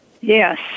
Yes